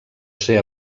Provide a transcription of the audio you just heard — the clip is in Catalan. ser